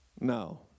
No